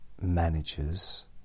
managers